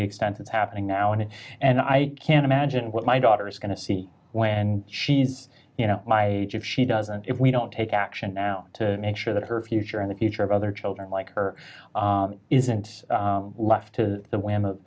the expense is happening now and it and i can't imagine what my daughter is going to see when she's you know my if she doesn't if we don't take action now to make sure that her future and the future of other children like her isn't left to the w